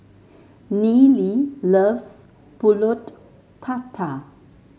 Neely loves pulut tatal